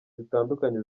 zitandukanye